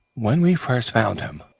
when we first found him,